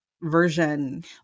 version